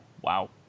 wow